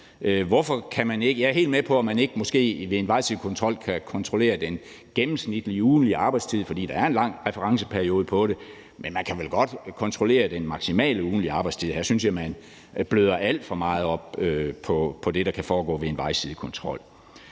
Jeg er helt med på, at man ved en vejsidekontrol måske ikke kan kontrollere den gennemsnitlige ugentlige arbejdstid, fordi der er en lang referenceperiode på det, men man kan vel godt kontrollere den maksimale ugentlige arbejdstid. Her synes jeg, man bløder alt for meget op på det, der kan foregå ved en vejsidekontrol.